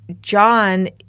John